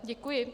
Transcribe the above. Děkuji.